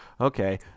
okay